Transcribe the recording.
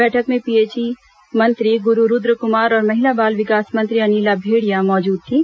बैठक में पीएचई मंत्री गुरू रूद्रकुमार और महिला बाल विकास मंत्री अनिला भेंडिया मौजूद थीं